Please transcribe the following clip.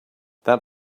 that